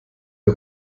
der